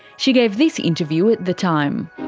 she gave this interview at the time.